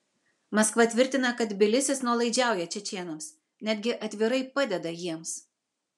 maskva tvirtina kad tbilisis nuolaidžiauja čečėnams netgi atvirai padeda jiems